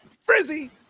Frizzy